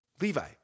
Levi